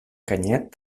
canyet